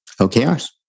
OKRs